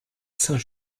saint